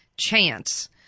Chance